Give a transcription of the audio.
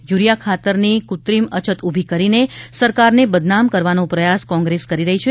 urea ખાતરની કૃત્રિમ અછત ઊભી કરીને સરકારને બદનામ કરવાનો પ્રયાસ કોંગ્રેસ કરી રહી છે